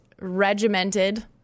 regimented